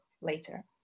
later